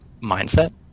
mindset